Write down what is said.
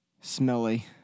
Smelly